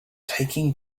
taking